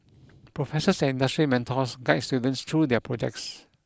professors and industry mentors guides students through their projects